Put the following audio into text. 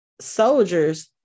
soldiers